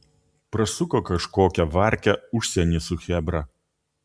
prasuko kažkokią varkę užsieny su chebra